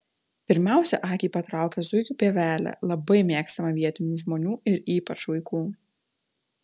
pirmiausia akį patraukia zuikių pievelė labai mėgstama vietinių žmonių ir ypač vaikų